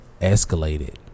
escalated